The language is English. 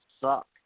suck